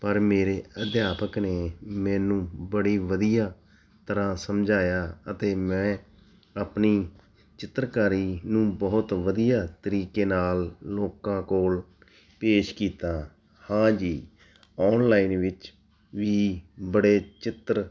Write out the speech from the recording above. ਪਰ ਮੇਰੇ ਅਧਿਆਪਕ ਨੇ ਮੈਨੂੰ ਬੜੀ ਵਧੀਆ ਤਰ੍ਹਾਂ ਸਮਝਾਇਆ ਅਤੇ ਮੈਂ ਆਪਣੀ ਚਿੱਤਰਕਾਰੀ ਨੂੰ ਬਹੁਤ ਵਧੀਆ ਤਰੀਕੇ ਨਾਲ ਲੋਕਾਂ ਕੋਲ ਪੇਸ਼ ਕੀਤਾ ਹਾਂ ਜੀ ਔਨਲਾਈਨ ਵਿੱਚ ਵੀ ਬੜੇ ਚਿੱਤਰ